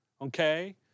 okay